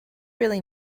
really